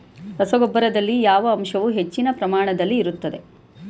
ರಸಗೊಬ್ಬರದಲ್ಲಿ ಯಾವ ಅಂಶವು ಹೆಚ್ಚಿನ ಪ್ರಮಾಣದಲ್ಲಿ ಇರುತ್ತದೆ?